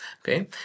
Okay